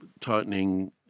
tightening